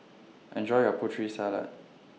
Enjoy your Putri Salad